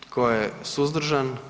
Tko je suzdržan?